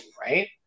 right